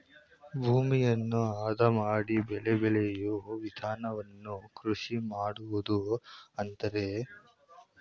ಭೂಮಿಯನ್ನು ಅದ ಮಾಡಿ ಬೆಳೆ ಬೆಳೆಯೂ ವಿಧಾನವನ್ನು ಕೃಷಿ ಮಾಡುವುದು ಅಂತರೆ